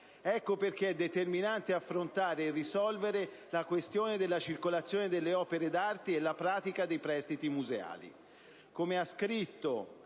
Ecco perché è determinante affrontare e risolvere la questione della circolazione delle opere d'arte e la pratica dei prestiti museali.